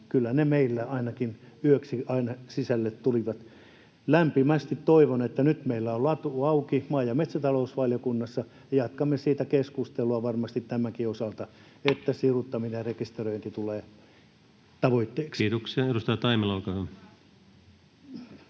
kyllä ne meillä ainakin yöksi aina sisälle tulivat. Lämpimästi toivon, että nyt meillä on latu auki maa- ja metsätalousvaliokunnassa, ja jatkamme siitä keskustelua varmasti tämänkin osalta, että siruttaminen ja rekisteröinti tulevat tavoitteeksi. [Speech 128] Speaker: